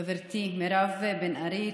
חברתי מירב בן ארי,